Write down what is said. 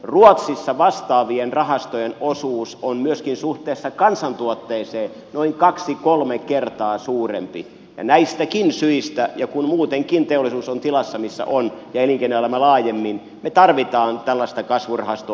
ruotsissa vastaavien rahastojen osuus on myöskin suhteessa kansantuotteeseen noin kaksi kolme kertaa suurempi ja näistäkin syistä ja kun muutenkin teollisuus on tilassa missä on ja elinkeinoelämä laajemmin me tarvitsemme tällaista kasvurahastoa